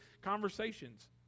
conversations